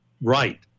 right